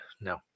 no